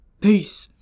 Peace